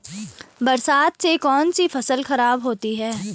बरसात से कौन सी फसल खराब होती है?